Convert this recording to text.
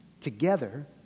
together